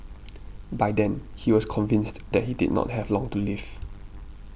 by then he was convinced that he did not have long to live